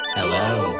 Hello